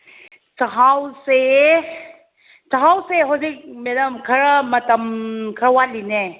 ꯆꯥꯛꯍꯥꯎꯁꯦ ꯆꯥꯛꯍꯥꯎꯁꯦ ꯍꯧꯖꯤꯛ ꯃꯦꯗꯥꯝ ꯈꯔ ꯃꯇꯝ ꯈꯔ ꯋꯥꯠꯂꯤꯅꯦ